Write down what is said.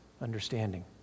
understanding